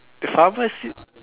the pharmacy